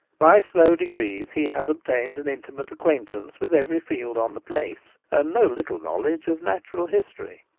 by slow degrees he has obtained an intimate acquaintance with every field on the place, and no little knowledge of natural history.